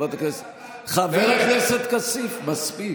חבר הכנסת כסיף, מספיק.